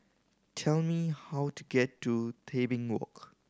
tell me how to get to Tebing Walk